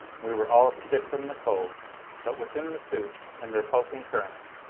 we were all stiff from the cold but within the suits and their pulsing currents,